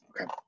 Okay